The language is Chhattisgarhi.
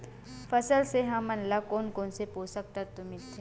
फसल से हमन ला कोन कोन से पोषक तत्व मिलथे?